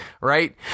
right